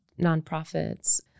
nonprofits